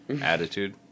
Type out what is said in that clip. attitude